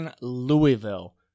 Louisville